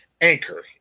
Anchor